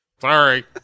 Sorry